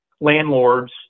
landlords